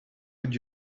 would